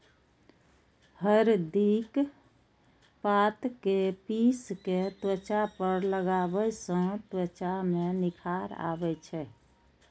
हरदिक पात कें पीस कें त्वचा पर लगाबै सं त्वचा मे निखार आबै छै